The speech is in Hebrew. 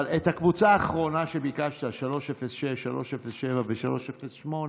אבל את הקבוצה האחרונה שביקשת, 306, 307 ו-308,